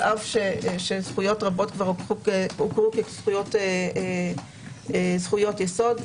על אף שזכויות יסוד הוכרו כבר כזכויות יסוד,